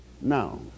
Now